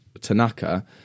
Tanaka